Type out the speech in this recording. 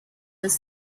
with